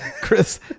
chris